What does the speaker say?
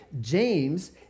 James